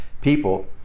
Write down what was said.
people